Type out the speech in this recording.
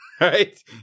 Right